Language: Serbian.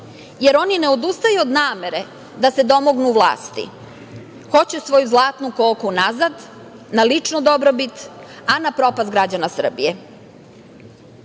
jer oni ne odustaju od namere da se domognu vlasti. Hoće svoju zlatnu koku nazad, na ličnu dobrobit, a na propast građana Srbije,